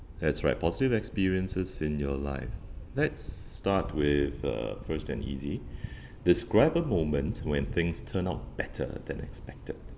that's right positive experiences in your life let's start with uh first and easy describe a moment when things turn out better than expected